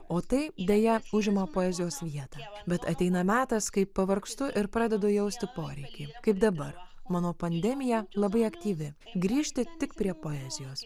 o tai deja užima poezijos vietą bet ateina metas kai pavargstu ir pradedu jausti poreikį kaip dabar mano pandemija labai aktyvi grįžti tik prie poezijos